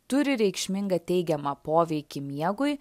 turi reikšmingą teigiamą poveikį miegui